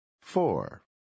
four